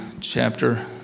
chapter